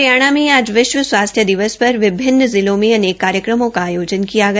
हरियाणा में भी आज विश्व स्वास्थ्य दिवस पर विभिन्न जिलों में अनेक कार्यक्रमों का आयोजन किया गया